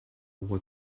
what